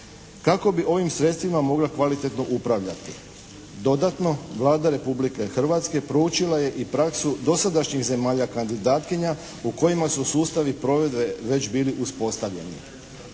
kako bi ovim sredstvima mogla kvalitetno upravljati. Dodatno Vlada Republike Hrvatske proučila je i praksu dosadašnji zemalja kandidatkinja u kojima su sustavi provedbe već bili uspostavljeni.